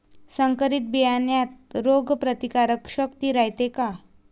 संकरित बियान्यात रोग प्रतिकारशक्ती रायते का?